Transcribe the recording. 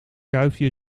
kuifje